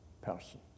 person